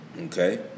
Okay